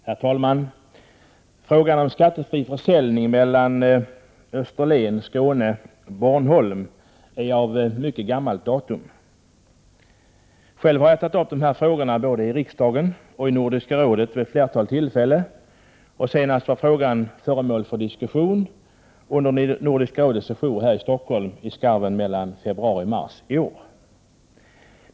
Herr talman! Frågan om skattefri försäljning på färjor mellan Österlen— Skåne och Bornholm är av mycket gammalt datum. Själv har jag tagit upp denna fråga både i riksdagen och i Nordiska rådet vid ett flertal tillfällen. Senast var frågan föremål för diskussion under Nordiska rådets session här i Stockholm i månadsskiftet februari-mars i år.